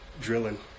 drilling